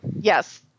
Yes